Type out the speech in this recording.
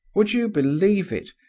would you believe it,